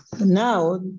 Now